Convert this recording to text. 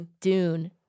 Dune